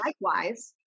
likewise